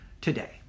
today